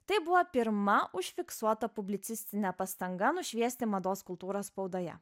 tai buvo pirma užfiksuota publicistinė pastanga nušviesti mados kultūros spaudoje